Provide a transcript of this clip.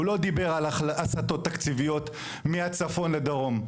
הוא לא דיבר על הסטות תקציביות מהצפון לדרום,